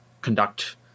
conduct